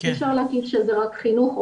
אי אפשר להגיד שזה רק חינוך,